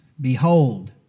Behold